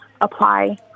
apply